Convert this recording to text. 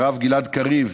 הרב גלעד קריב,